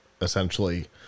essentially